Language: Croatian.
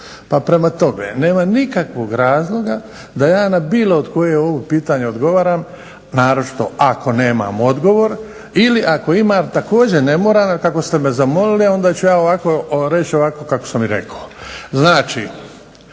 prema tome, nema nikakvog razloga da ja na bilo koje ovo pitanje odgovaram naročito ako nemam odgovor, ili ako imam također ne moram, a kako ste me zamolili onda ću ja reći ovako kako sam rekao.